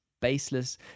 Baseless